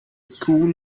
school